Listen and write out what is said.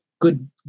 good